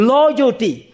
Loyalty